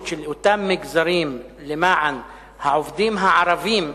של אותם מגזרים למען העובדים הערבים,